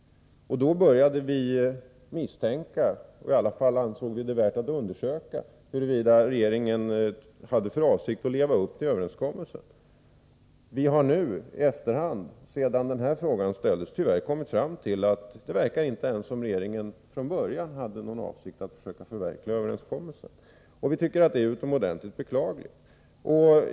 Då började vi fatta misstankar. Vi ansåg det värt att undersöka huruvida regeringen hade för åvsikt att hålla överenskommelsen. Vi har nui efterhand, sedan den här frågan ställdes, tyvärr kommit fram till att det verkar som om regeringen inte ens från början haft någon avsikt att förverkliga överenskommelsen. Vi tycker att det är utomordentligt beklagligt.